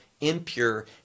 impure